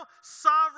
sovereign